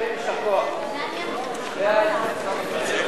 ההצעה להעביר את הצעת חוק הכנסת (תיקון, שכר